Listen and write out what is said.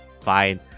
fine